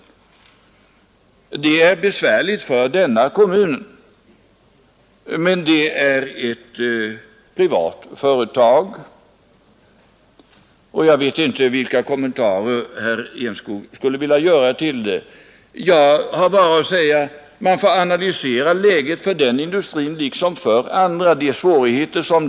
Det är besvärligt för kommunen, men det gäller ett privat företag. Man får analysera svårigheterna för den industrin liksom för andra.